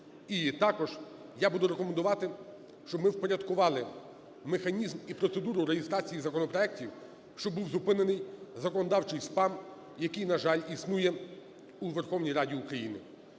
також я буду рекомендувати, щоб ми впорядкували механізм і процедуру реєстрації законопроектів, щоб був зупинений законодавчій спам, який, на жаль, існує у Верховній Раді України.